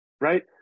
Right